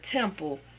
temple